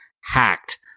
hacked